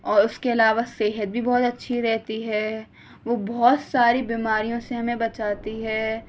اور اس کے علاوہ صحت بھی بہت اچھی رہتی ہے وہ بہت ساری بیماریوں سے ہمیں بچاتی ہے